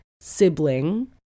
sibling